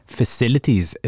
facilities